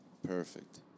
perfect